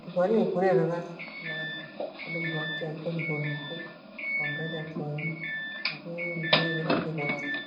Kithwahili nifurie irera kila handu kole mni akyaichwa Kighonu pho kwa mrerea Kithwahili lakini nifurie irera Kighonu mnu.